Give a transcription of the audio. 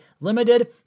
Limited